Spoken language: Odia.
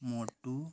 ମୋଟୁ